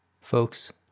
Folks